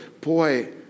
Boy